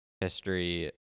history